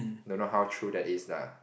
don't know how true that is lah